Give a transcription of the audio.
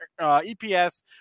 EPS